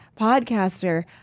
podcaster